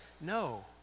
no